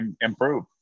improve